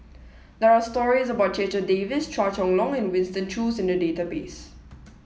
there are stories about Checha Davies Chua Chong Long and Winston Choos in the database